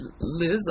Liz